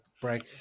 break